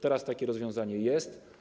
Teraz takie rozwiązanie jest.